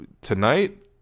tonight